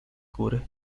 góry